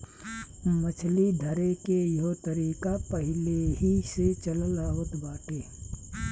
मछली धरेके के इहो तरीका पहिलेही से चलल आवत बाटे